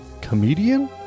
comedian